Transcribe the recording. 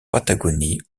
patagonie